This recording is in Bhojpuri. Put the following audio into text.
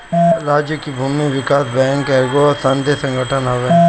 राज्य के भूमि विकास बैंक एगो संघीय संगठन हवे